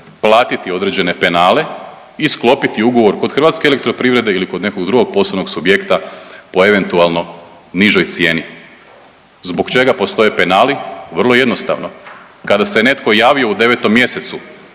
platiti određene penale i sklopiti ugovor kod Hrvatske elektroprivrede ili kod nekog drugog poslovnog subjekta po eventualno nižoj cijeni. Zbog čega postoje penali? Vrlo jednostavno. Kada se netko javio u 9 mjesecu